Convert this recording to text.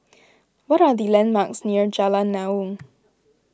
what are the landmarks near Jalan Naung